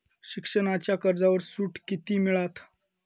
शिक्षणाच्या कर्जावर सूट किती मिळात?